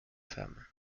femme